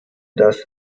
das